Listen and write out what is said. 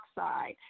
oxide